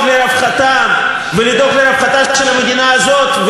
לרווחתם ולדאוג לרווחתה של המדינה הזאת,